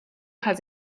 has